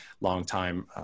longtime